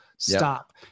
Stop